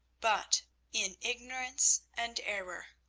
but in ignorance and error